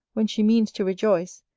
when she means to rejoice,